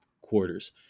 quarters